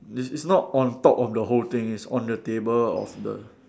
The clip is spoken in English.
it's it's not on top of the whole thing it's on the table of the